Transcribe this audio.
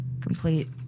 complete